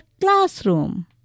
classroom